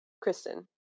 Kristen